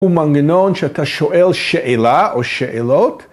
‫הוא מנגנון שאתה שואל שאלה ‫או שאלות.